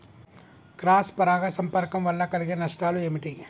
Cross పరాగ సంపర్కం వల్ల కలిగే నష్టాలు ఏమిటి?